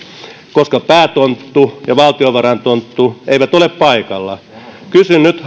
koska päätonttu ja valtiovaraintonttu eivät ole paikalla kysyn nyt